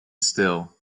still